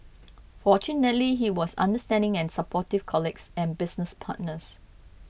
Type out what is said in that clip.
fortunately he was understanding and supportive colleagues and business partners